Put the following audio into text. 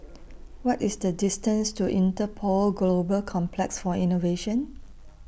What IS The distance to Interpol Global Complex For Innovation